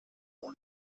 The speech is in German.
und